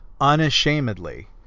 unashamedly